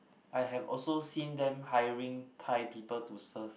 I have also seen them hiring Thai people to serve